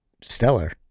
stellar